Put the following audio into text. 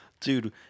Dude